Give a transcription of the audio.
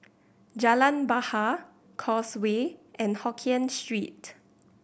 Jalan Bahar Causeway and Hokien Street